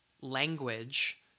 language